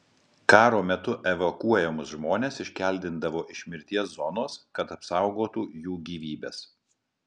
karo metu evakuojamus žmones iškeldindavo iš mirties zonos kad apsaugotų jų gyvybes